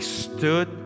stood